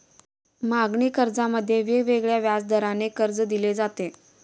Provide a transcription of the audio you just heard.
मागणी कर्जामध्ये वेगवेगळ्या व्याजदराने कर्ज दिले जाते